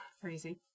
crazy